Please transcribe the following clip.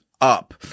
up